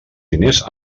diners